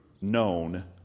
known